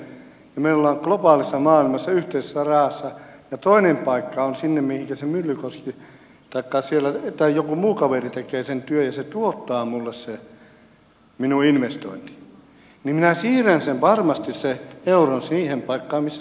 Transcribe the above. meillä oli sama myös yhdysvalloissa ja me olemme globaalissa maailmassa yhteisessä rahassa ja toisessa paikassa missä joku muu kaveri tekee sen työn se minun investointini tuottaa minulle niin minä siirrän varmasti sen euron siihen paikkaan missä se tuottaa enemmän